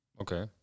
Okay